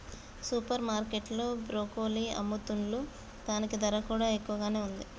super market లో broccoli అమ్ముతున్లు గిదాని ధర కూడా ఎక్కువగానే ఉంది